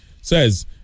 says